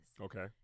Okay